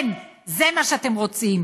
כן, זה מה שאתם רוצים.